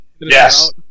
yes